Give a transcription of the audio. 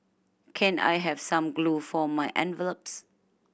can I have some glue for my envelopes